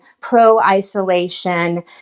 pro-isolation